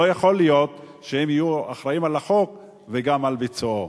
לא יכול להיות שהם יהיו אחראים לחוק וגם על ביצועו.